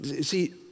See